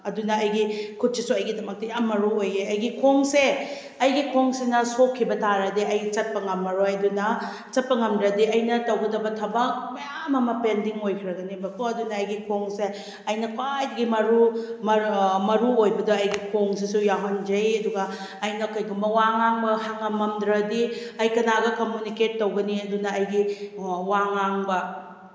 ꯑꯗꯨꯅ ꯑꯩꯒꯤ ꯈꯨꯠꯁꯤꯁꯨ ꯑꯩꯒꯤꯗꯃꯛꯇ ꯌꯥꯝ ꯃꯔꯨꯑꯣꯏ ꯑꯣꯏꯌꯦ ꯑꯩꯒꯤ ꯈꯣꯡꯁꯦ ꯑꯩꯒꯤ ꯈꯣꯡꯁꯤꯅ ꯁꯣꯛꯈꯤꯕ ꯇꯥꯔꯗꯤ ꯑꯩ ꯆꯠꯄ ꯉꯝꯃꯔꯣꯏ ꯑꯗꯨꯅ ꯆꯠꯄ ꯉꯝꯗ꯭ꯔꯗꯤ ꯑꯩꯅ ꯇꯧꯒꯗꯕ ꯊꯕꯛ ꯃꯌꯥꯝ ꯑꯃ ꯄꯦꯟꯗꯤꯡ ꯑꯣꯏꯈ꯭ꯔꯒꯅꯦꯕꯀꯣ ꯑꯗꯨꯅ ꯑꯩ ꯈꯣꯡꯁꯦ ꯑꯩꯅ ꯈ꯭ꯋꯥꯏꯗꯒꯤ ꯃꯔꯨ ꯃꯔꯨꯑꯣꯏꯕꯗꯣ ꯑꯩꯒꯤ ꯈꯣꯡꯁꯤꯁꯨ ꯌꯥꯎꯍꯟꯖꯩ ꯑꯗꯨꯒ ꯑꯩꯅ ꯀꯔꯤꯒꯨꯝꯕ ꯋꯥ ꯉꯥꯡꯕ ꯉꯝꯃꯝꯗ꯭ꯔꯗꯤ ꯑꯩ ꯀꯅꯥꯒ ꯀꯃꯨꯅꯤꯀꯦꯠ ꯇꯧꯒꯅꯤ ꯑꯗꯨꯅ ꯑꯩꯒꯤ ꯋꯥ ꯉꯥꯡꯕ